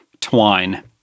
twine